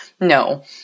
No